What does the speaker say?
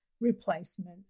replacement